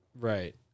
Right